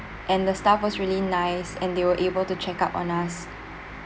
and the staff was really nice and they were able to check up on us